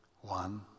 One